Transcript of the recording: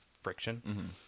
friction